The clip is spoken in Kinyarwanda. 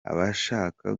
abashaka